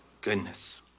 goodness